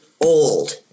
old